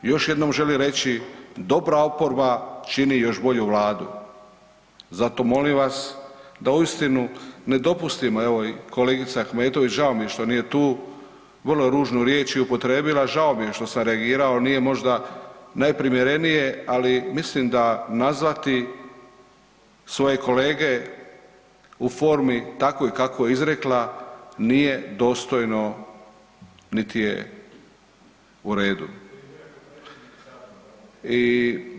Još jednom želim reći dobra oporba čini još bolju vladu, zato molim vas da uistinu ne dopustimo, evo i kolegica Ahmetović, žao mi je što nije tu, vrlo ružnu riječ je upotrijebila, žao mi je što sam reagirao, nije možda najprimjerenije, ali mislim da nazvati svoje kolege u formi takvoj kakvoj je izrekla nije dostojno, niti je u redu.